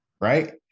right